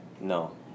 No